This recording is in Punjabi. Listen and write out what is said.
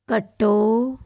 ਘੱਟੋ